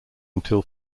until